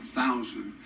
thousand